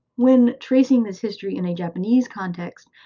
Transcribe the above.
when tracing this history in a japanese context,